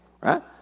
Right